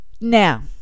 Now